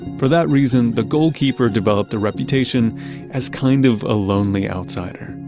for that reason, the goalkeeper developed a reputation as kind of a lonely outsider.